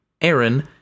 Aaron